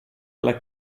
alla